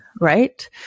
Right